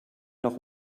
noch